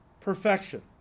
perfection